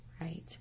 Right